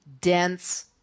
dense